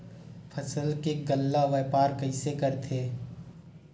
फसल के गल्ला व्यापार कइसे करथे?